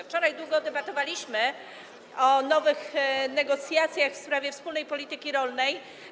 Wczoraj długo debatowaliśmy o nowych negocjacjach w sprawie wspólnej polityki rolnej.